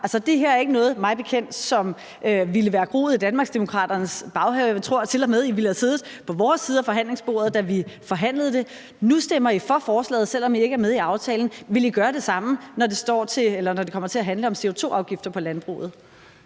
det her er mig bekendt ikke noget, som ville være groet i Danmarksdemokraternes baghave. Jeg tror tilmed, I ville have siddet på vores side af forhandlingsbordet, da vi forhandlede det, og nu stemmer I for forslaget, selv om I ikke er med i aftalen. Vil I gøre det samme, når det kommer til at handle om CO2-afgifter på landbruget?